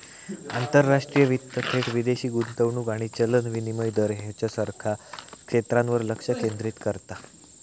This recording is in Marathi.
आंतरराष्ट्रीय वित्त थेट विदेशी गुंतवणूक आणि चलन विनिमय दर ह्येच्यासारख्या क्षेत्रांवर लक्ष केंद्रित करता